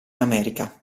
america